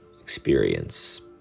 experience